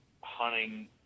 hunting